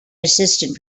assistant